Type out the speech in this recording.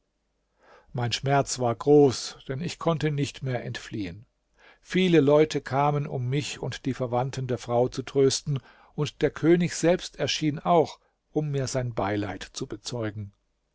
mein schmerz war groß denn ich konnte nicht mehr entfliehen viele leute kamen um mich und die verwandten der frau zu trösten und der könig selbst erschien auch um mir sein beileid zu bezeugen